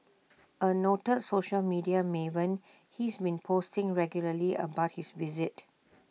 A noted social media maven he's been posting regularly about his visit